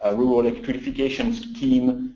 ah rural electrification scheme,